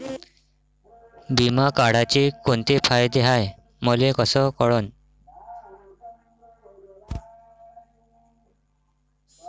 बिमा काढाचे कोंते फायदे हाय मले कस कळन?